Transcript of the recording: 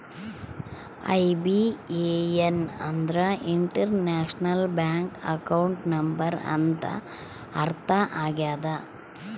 IBAN ಅಂದ್ರೆ international bank account number ಅಂತ ಅರ್ಥ ಆಗ್ಯದ